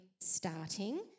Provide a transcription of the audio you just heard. Starting